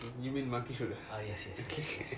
you mean monkey shoulder